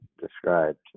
described